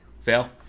Fail